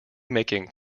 making